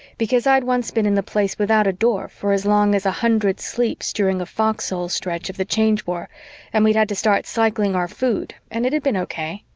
because i'd once been in the place without a door for as long as a hundred sleeps during a foxhole stretch of the change war and we'd had to start cycling our food and it had been okay.